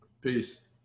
Peace